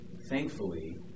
Thankfully